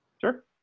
Sure